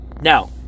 Now